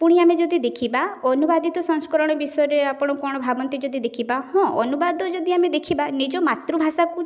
ପୁଣି ଆମେ ଯଦି ଦେଖିବା ଅନୁବାଦିତ ସଂସ୍କରଣ ବିଷୟରେ ଆପଣ କ'ଣ ଭାବନ୍ତି ଯଦି ଦେଖିବା ହଁ ଅନୁବାଦ ଯଦି ଆମେ ଦେଖିବା ନିଜ ମାତୃଭାଷାକୁ